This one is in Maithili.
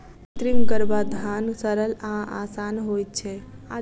कृत्रिम गर्भाधान सरल आ आसान होइत छै